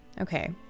Okay